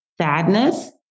sadness